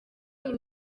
iyi